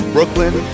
Brooklyn